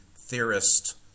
theorist